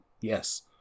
Yes